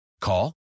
Call